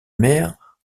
mère